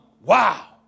wow